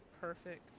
Perfect